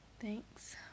thanks